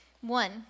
One